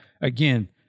Again